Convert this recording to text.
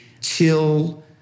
till